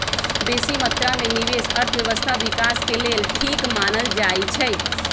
बेशी मत्रा में निवेश अर्थव्यवस्था विकास के लेल ठीक मानल जाइ छइ